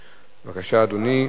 מס' 6982. בבקשה, אדוני.